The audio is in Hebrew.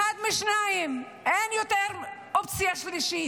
אחת משתיים ואין יותר אופציה שלישית: